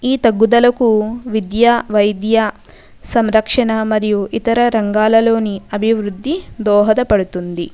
ఈ తగ్గుదలకు విద్య వైద్య సంరక్షణ మరియు ఇతర రంగాలలోని అభివృద్ధి దోహద పడుతుంది